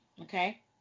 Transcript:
okay